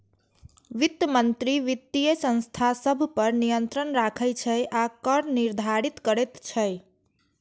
वित्त मंत्री वित्तीय संस्था सभ पर नियंत्रण राखै छै आ कर निर्धारित करैत छै